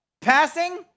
Passing